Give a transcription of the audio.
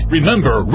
Remember